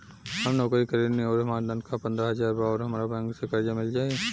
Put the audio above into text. हम नौकरी करेनी आउर हमार तनख़ाह पंद्रह हज़ार बा और हमरा बैंक से कर्जा मिल जायी?